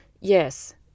Yes